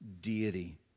deity